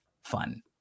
fun